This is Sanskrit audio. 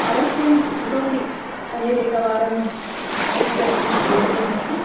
अवश्यम् इतोऽपि अन्यदेकवारं स्वीकर्तुं योग्यम् अस्ति